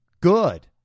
Good